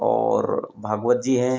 और भागवत जी हैं